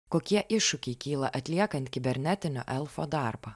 kokie iššūkiai kyla atliekant kibernetinio elfo darbą